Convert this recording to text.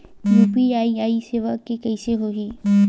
UPI सेवा के कइसे होही?